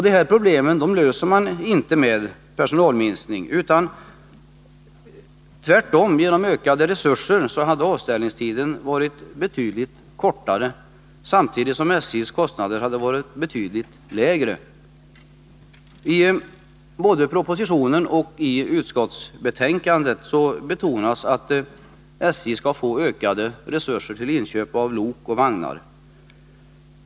De här problemen löser man inte med personalminskningar utan tvärtom: hade resurserna ökats hade avställningstiden varit betydligt kortare samtidigt som SJ:s kostnader hade varit betydligt lägre. Både i propositionen och i utskottsbetänkandet betonas att SJ skall få ökade resurser till inköp av lok och vagnar.